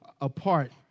apart